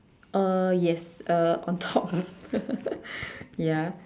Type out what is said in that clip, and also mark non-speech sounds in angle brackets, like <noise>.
uh yes uh on top <laughs> ya